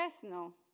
personal